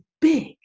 big